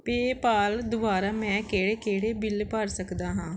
PayPal ਦੁਆਰਾ ਮੈਂ ਕਿਹੜੇ ਕਿਹੜੇ ਬਿੱਲ ਭਰ ਸਕਦਾ ਹਾਂ